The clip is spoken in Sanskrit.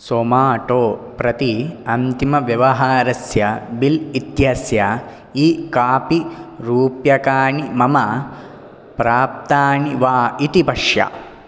स़ोमाटो प्रति अन्तिमव्यवहारस्य बिल् इत्यस्य ई कापी रूप्यकाणि मम प्राप्तानि वा इति पश्य